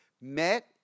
met